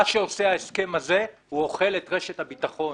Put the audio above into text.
אבל מה שעושה ההסכם הזה הוא אוכל את רשת הביטחון.